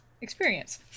experience